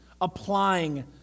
Applying